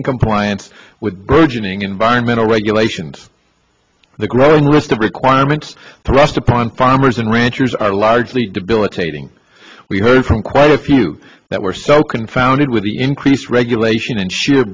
in compliance with burgeoning environmental regulations the growing list of requirements thrust upon farmers and ranchers are largely debilitating we heard from quite a few that were so confounded with the increased regulation and sh